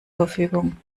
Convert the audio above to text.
verfügung